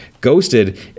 Ghosted